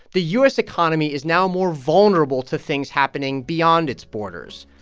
the u s. economy is now more vulnerable to things happening beyond its borders.